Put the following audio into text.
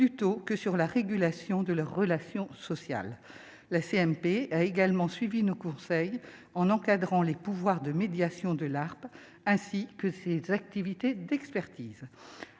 plutôt que sur la régulation de leurs relations sociales. La CMP a également suivi nos propositions en encadrant les pouvoirs de médiation de l'ARPE, ainsi que ses activités d'expertise.